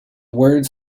words